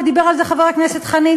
ודיבר על זה חבר הכנסת חנין,